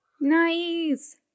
Nice